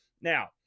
Now